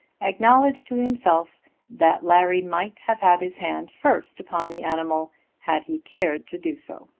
acknowledged to himself that larry might have had his hand first upon the animal had he cared to do so.